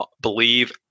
believe